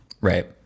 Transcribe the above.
Right